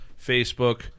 Facebook